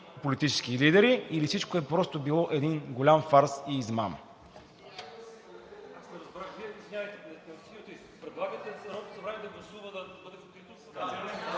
политически лидери, или всичко просто е било един голям фарс и измама?